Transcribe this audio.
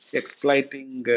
exploiting